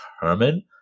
herman